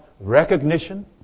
Recognition